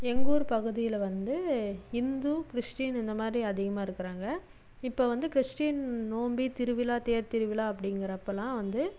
எங்ககூர் பகுதியில வந்து இந்து கிறிஸ்டின் இந்தமாதிரி அதிகமாக இருக்குறாங்க இப்போ வந்து கிறிஸ்டின் நோம்பி திருவிழா தேர்த்திருவிழா அப்படிங்கறப்பெல்லாம் வந்து